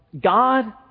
God